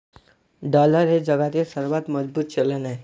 dollar हे जगातील सर्वात मजबूत चलन आहे